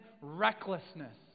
recklessness